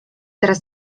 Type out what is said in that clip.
teraz